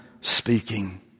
speaking